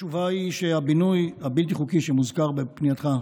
התשובה היא שהבינוי הבלתי-חוקי שנזכר בפנייתך,